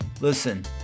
Listen